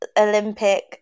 Olympic